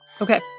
Okay